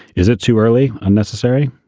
is it too early? unnecessary.